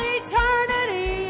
eternity